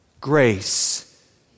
Grace